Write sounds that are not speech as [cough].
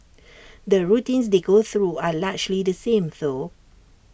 [noise] the routines they go through are largely the same though